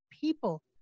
people